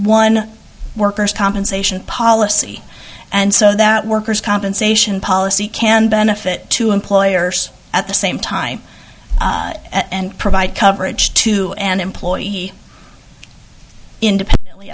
one worker's compensation policy and so that worker's compensation policy can benefit to employers at the same time and provide coverage to an employee independently